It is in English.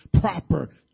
proper